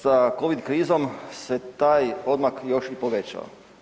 Sa covid krizom se taj odmak još i povećao.